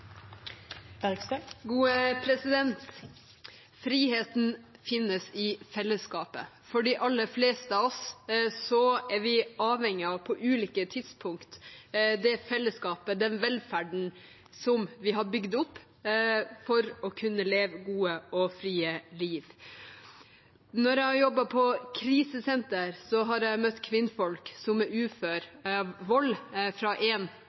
i fellesskapet. De aller fleste av oss er på ulike tidspunkt avhengige av det fellesskapet og den velferden som vi har bygd opp, for å kunne leve et godt og fritt liv. Når jeg har jobbet på krisesenter, har jeg møtt kvinner som